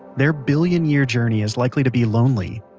their billion-year journey is likely to be lonely,